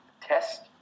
test